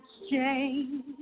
exchange